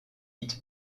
hit